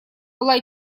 была